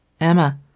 Emma